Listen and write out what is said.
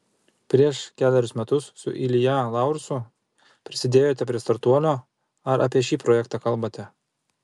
prieš kelerius metus su ilja laursu prisidėjote prie startuolio ar apie šį projektą kalbate